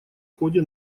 ходе